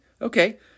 okay